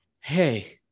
Hey